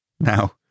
now